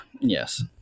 Yes